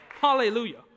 Hallelujah